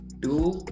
two